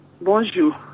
Bonjour